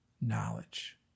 knowledge